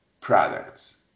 products